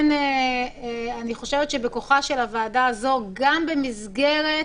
אני חושבת שגם במסגרת